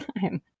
time